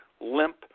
limp